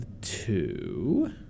two